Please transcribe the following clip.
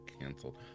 canceled